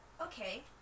okay